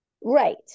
right